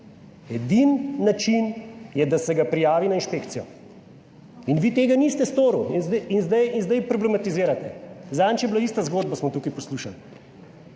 Edini način je, da se ga prijavi na inšpekcijo in vi tega niste storili in zdaj problematizirate. Zadnjič je bila ista zgodba, smo tukaj poslušali.